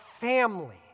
family